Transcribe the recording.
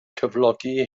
cyflogi